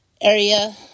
area